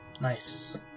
Nice